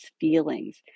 feelings